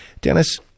Dennis